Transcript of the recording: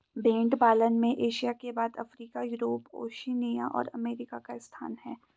भेंड़ पालन में एशिया के बाद अफ्रीका, यूरोप, ओशिनिया और अमेरिका का स्थान है